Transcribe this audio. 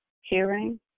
hearing